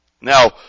Now